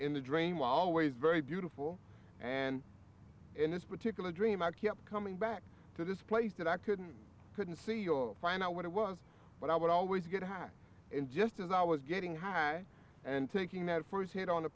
in the dream always very beautiful and in this particular dream i kept coming back to this place that i couldn't couldn't see your find out what it was but i would always get high in just as i was getting high and taking that first hit on